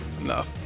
enough